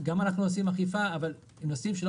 גם אנחנו עושים אכיפה אבל כאשר נוסעים לא